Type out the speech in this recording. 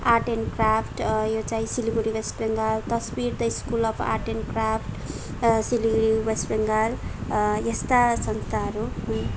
art and craft यो चाहिँ सिलिगुडी वेस्ट बेङ्गाल तस्विर the school of art and craft Siliguri West Bengal यस्ता संस्थाहरू हुन्